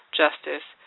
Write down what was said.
justice